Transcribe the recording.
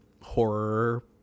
horror